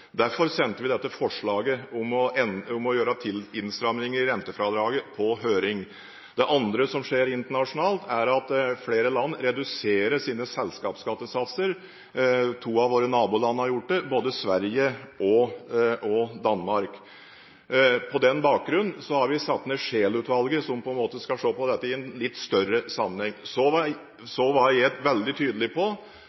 Derfor sendte vi dette forslaget om å gjøre innstramminger i rentefradraget på høring. Det andre som skjer internasjonalt, er at flere land reduserer sine selskapsskattesatser. To av våre naboland har gjort det, både Sverige og Danmark. På den bakgrunn har vi satt ned Scheel-utvalget, som skal se på dette i en litt større sammenheng. Da vi sendte forslaget om begrensninger i rentefradraget ut på høring, var